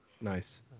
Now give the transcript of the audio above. Nice